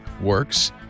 works